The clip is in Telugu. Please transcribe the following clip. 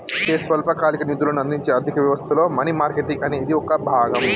అయితే స్వల్పకాలిక నిధులను అందించే ఆర్థిక వ్యవస్థలో మనీ మార్కెట్ అనేది ఒక భాగం